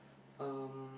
um